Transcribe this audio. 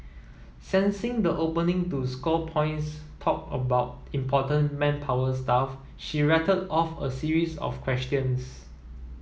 sensing the opening to score points talk about important manpower stuff she rattled off a series of questions